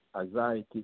anxiety